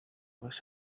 was